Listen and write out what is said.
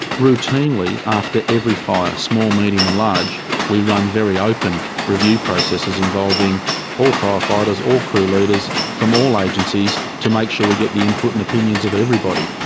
routinely after every fire small, medium and large we run very open review processes involving all firefighters, all crew leaders from all agencies to make sure we get the input and opinions of everybody.